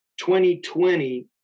2020